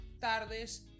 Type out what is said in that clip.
tardes